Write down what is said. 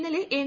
ഇന്നലെ എൻ